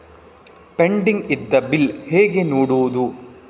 Pending ಇದ್ದ bill ಹೇಗೆ ನೋಡುವುದು?